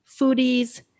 foodies